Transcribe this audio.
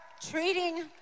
treating